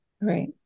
Right